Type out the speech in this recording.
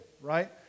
right